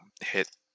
hit